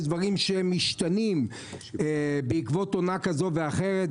כי יש דברים שמשתנים בעקבות עונה כזו או אחרת.